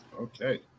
okay